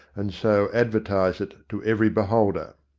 and so advertise it to every beholder.